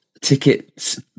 Tickets